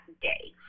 day